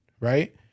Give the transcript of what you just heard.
right